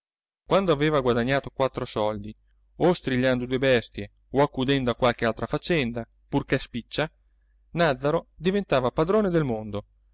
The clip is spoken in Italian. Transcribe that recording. quando aveva guadagnato quattro soldi o strigliando due bestie o accudendo a qualche altra faccenda purché spiccia nàzzaro diventava padrone del mondo